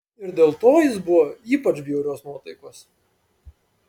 ir dėl to jis buvo ypač bjaurios nuotaikos